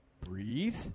breathe